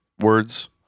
words